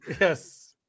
Yes